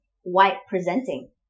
white-presenting